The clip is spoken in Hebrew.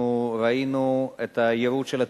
אנחנו ראינו את היירוט של הטילים,